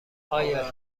آیا